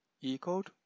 e-code